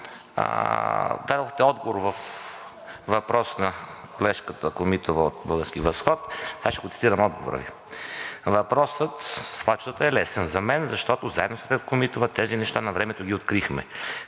дадохте отговор на въпрос на колежката Комитова от „Български възход“. Аз ще цитирам отговора Ви: „Въпросът със свлачищата е лесен за мен, защото заедно с теб, Комитова, тези неща навремето ги открихме.